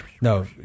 No